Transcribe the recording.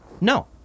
No